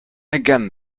again